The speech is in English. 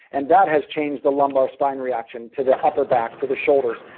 and that has changed the lumbar spine reaction to the upper back, to the shoulders.